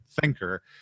thinker